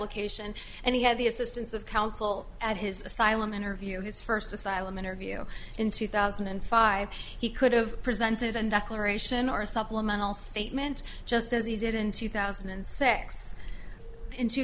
application and he had the assistance of counsel at his asylum interview his first asylum interview in two thousand and five he could have presented and declaration or a supplemental statement just as he did in two thousand and six in two